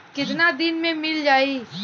कितना दिन में मील जाई?